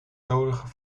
nodigen